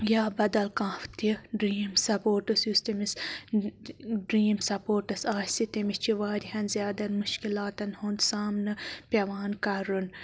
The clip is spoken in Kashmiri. یا بَدَل کانٛہہ تہِ ڈرٛیٖم سَپوٹٕس یُس تٔمِس ڈرٛیٖم سَپوٹس آسہِ تٔمِس چھِ واریاہَن زیادَن مُشکِلاتَن ہُنٛد سامنہٕ پیٚوان کَرُن